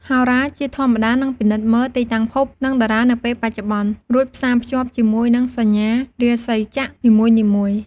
ហោរា ជាធម្មតានឹងពិនិត្យមើលទីតាំងភព និងតារានៅពេលបច្ចុប្បន្ន រួចផ្សារភ្ជាប់ជាមួយនឹងសញ្ញារាសីចក្រនីមួយៗ។